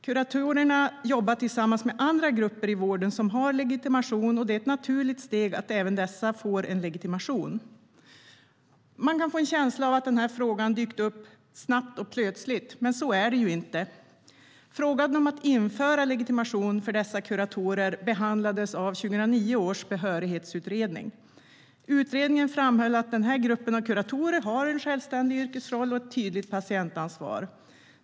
Kuratorerna jobbar tillsammans med andra grupper i vården som har legitimation, och det är ett naturligt steg att även de får en legitimation. Man kan få en känsla av att frågan har dykt upp snabbt och plötsligt, men så är det inte. Frågan om att införa legitimation för dessa kuratorer behandlades av 2009 års Behörighetsutredning. Utredningen framhöll att den här gruppen av kuratorer har en självständig yrkesroll och ett tydligt patientansvar.